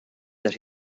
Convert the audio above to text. that